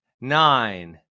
nine